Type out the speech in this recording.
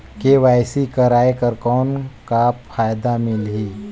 KYC कराय कर कौन का फायदा मिलही?